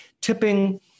tipping